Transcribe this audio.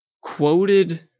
quoted